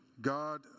God